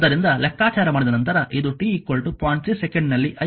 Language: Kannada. ಆದ್ದರಿಂದ ಲೆಕ್ಕಾಚಾರ ಮಾಡಿದ ನಂತರ ಇದು t 0